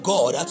God